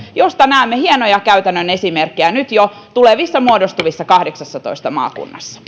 josta näemme jo nyt hienoja käytännön esimerkkejä tulevissa muodostuvissa kahdeksassatoista maakunnassa